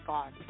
God